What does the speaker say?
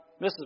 Mrs